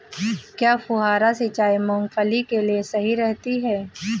क्या फुहारा सिंचाई मूंगफली के लिए सही रहती है?